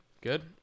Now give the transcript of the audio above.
Good